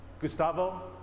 Gustavo